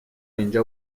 اینجا